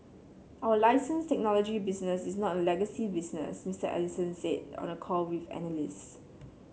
our license technology business is not a legacy business Mister Ellison said on a call with analysts